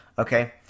Okay